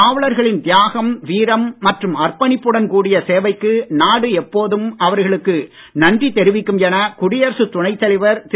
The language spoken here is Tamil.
காவலர்களின் தியாகம் வீரம் மற்றும் அர்ப்பணிப்புடன் கூடிய சேவைக்கு நாடு எப்போதும் அவர்களுக்கு நன்றி தெரிவிக்கும் என குடியரசு துணைத் தலைவர் திரு